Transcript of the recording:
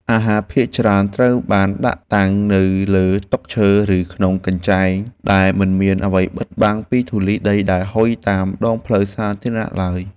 អាហារភាគច្រើនត្រូវបានដាក់តាំងនៅលើតុឈើ ឬក្នុងកញ្ច្រែងដែលមិនមានអ្វីបិទបាំងពីធូលីដីដែលហុយតាមដងផ្លូវសាធារណៈឡើយ។